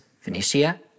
Phoenicia